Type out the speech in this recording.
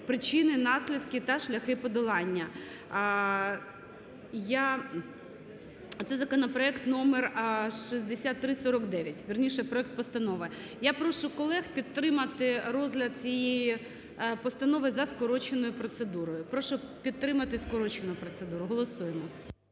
причини, наслідки та шляхи подолання". Це законопроект номер 6349, вірніше, проект постанови. Я прошу колег підтримати розгляд цієї постанови за скороченою процедурою. Прошу підтримати скорочену процедуру, голосуємо.